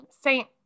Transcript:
saint